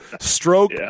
stroke